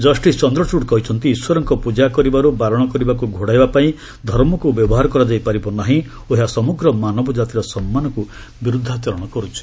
justice Chandrachud କହିଛନ୍ତି ଇଶ୍ୱରଙ୍କ ପୂଜା କରିବାରୁ ବାରଣ କରିବାକୁ ଘୋଡ଼ାଇବାପାଇଁ ଧର୍ମକୁ ବ୍ୟବହାର କରାଯାଇପାରିବ ନାହିଁ ଓ ଏହା ସମଗ୍ର ମାନବ ଜାତିର ସମ୍ମାନକୁ ବିରୁଦ୍ଧାଚରଣ କର୍ତ୍ଥିଛି